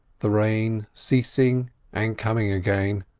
the rain ceasing and coming again,